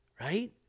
Right